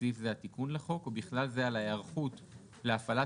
בסעיף זה התיקון לחוק ובכלל זה על ההיערכות להפעלת